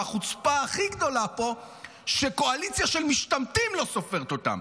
והחוצפה הכי גדולה פה היא שקואליציה של משתמטים לא סופרת אותם.